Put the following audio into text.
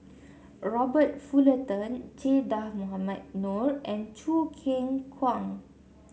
Robert Fullerton Che Dah Mohamed Noor and Choo Keng Kwang